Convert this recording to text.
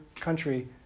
country